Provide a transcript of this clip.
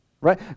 right